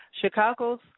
Chicago's